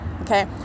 Okay